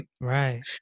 Right